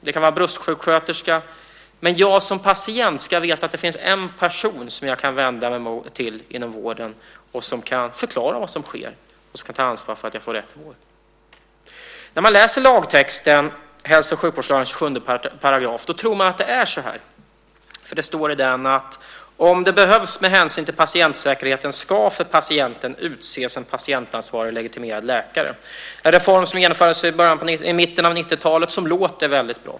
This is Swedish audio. Det kan vara en bröstsjuksköterska. Men som patient ska jag veta att det finns en person inom vården som jag kan vända mig till och som kan förklara vad som sker och som kan ta ansvar för att jag får rätt vård. När man läser lagtexten, hälso och sjukvårdslagens 27 §, tror man att det är så här, för det står i den att "om det behövs med hänsyn till patientsäkerheten, ska för patienten utses en patientansvarig legitimerad läkare". Det är en reform som genomfördes i mitten av 90-talet och som låter väldigt bra.